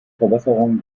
verbesserung